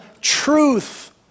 truth